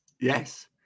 Yes